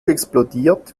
explodiert